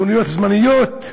"כיפת ברזל", בלי מיגוניות זמניות.